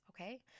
Okay